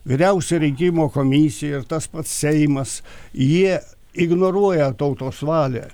vyriausioji rinkimų komisija ir tas pats seimas jie ignoruoja tautos valią